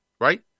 right